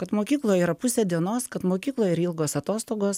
kad mokykloj yra pusė dienos kad mokykloj yra ilgos atostogos